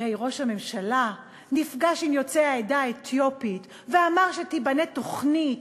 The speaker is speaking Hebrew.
הרי ראש הממשלה נפגש עם יוצאי העדה האתיופית ואמר שתיבנה תוכנית,